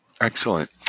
Excellent